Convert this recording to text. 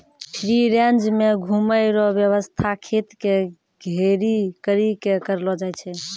free range मे घुमै रो वेवस्था खेत के घेरी करी के करलो जाय छै